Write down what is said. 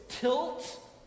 tilt